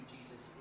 Jesus